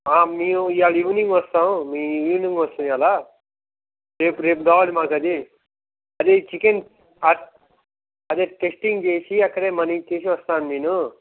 మేము ఇవ్వాళ ఈవినింగ్ వస్తాము మీ ఈవినింగ్ వస్తాము ఇవ్వాళ రేపు రేపు కావాలి మాకు అది అది చికెన్ అదే టెస్టింగ్ చేసి అక్కడే మనీ ఇచ్చేసి వస్తాను నేను